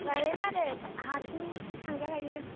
लायलायनाङा दे हारसिं थांजाखायो